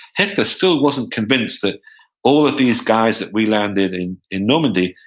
hitler still wasn't convinced that all of these guys that we landed in in normandy,